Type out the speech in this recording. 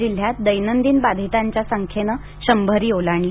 जिल्ह्यात दैनंदिन बाधितांच्या संख्येनं शंभरी ओलांडली